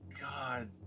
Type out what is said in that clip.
God